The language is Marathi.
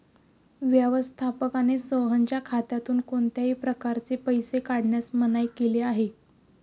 व्यवस्थापकाने सोहनच्या खात्यातून कोणत्याही प्रकारे पैसे काढण्यास मनाई केली आहे